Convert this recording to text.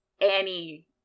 Annie